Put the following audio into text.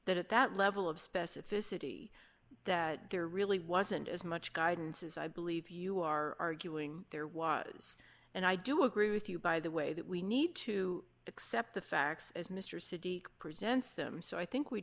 that at that level of specificity that there really wasn't as much guidances i believe you are doing there was and i do agree with you by the way that we need to accept the facts as mr city presents them so i think we